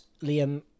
Liam